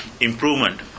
improvement